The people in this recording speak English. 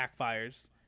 backfires